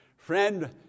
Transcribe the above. Friend